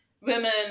women